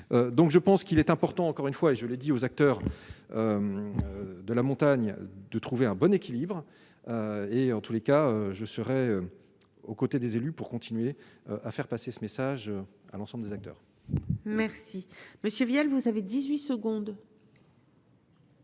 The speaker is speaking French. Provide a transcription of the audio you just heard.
donc je pense qu'il est important, encore une fois et je l'ai dit aux acteurs de la montagne de trouver un bon équilibre et en tous les cas, je serai aux côtés des élus pour continuer à faire passer ce message à l'ensemble des acteurs. Merci. Monsieur Vial, vous avez 18 secondes.